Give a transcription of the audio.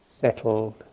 settled